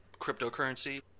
cryptocurrency